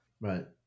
Right